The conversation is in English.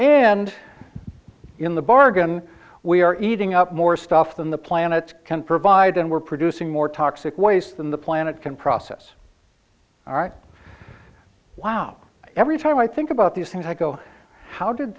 and in the bargain we are eating up more stuff than the planet can provide and we're producing more toxic waste than the planet can process all right wow every time i think about these things like oh how did